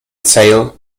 sale